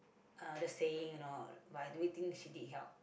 uh the saying you know by do it thing she did help